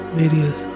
various